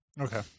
Okay